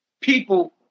people